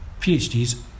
PhDs